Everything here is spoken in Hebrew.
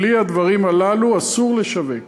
שבלי הדברים הללו אסור לשווק.